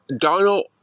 Donald